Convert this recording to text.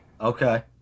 Okay